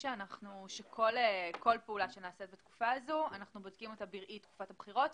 כל פעולה שנעשית בתקופה הזאת אנחנו בודקים בראי תקופת הבחירות,